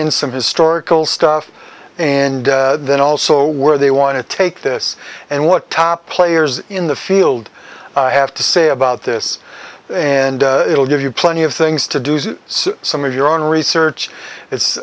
in some historical stuff and then also where they want to take this and what top players in the field have to say about this and it will give you plenty of things to do some of your own research it's